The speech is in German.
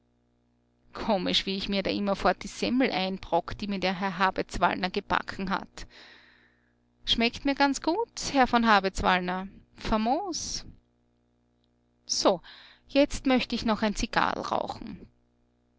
komisch wie ich mir da immerfort die semmel einbrock die mir der herr habetswallner gebacken hat schmeckt mir ganz gut herr von habetswallner famos so jetzt möcht ich noch ein zigarrl rauchen